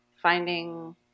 finding